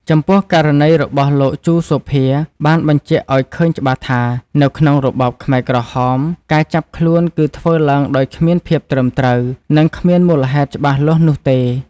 ចំពោះ ករណីរបស់លោក ជូ សូភា បានបញ្ជាក់ឱ្យឃើញច្បាស់ថា នៅក្នុងរបបខ្មែរក្រហមការចាប់ខ្លួនគឺធ្វើឡើងដោយគ្មានភាពត្រឹមត្រូវ និងគ្មានមូលហេតុច្បាស់លាស់នោះទេ។